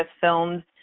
filmed